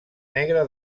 negre